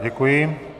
Děkuji.